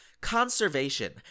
conservation